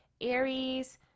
Aries